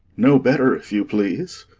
no better, if you please.